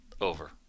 Over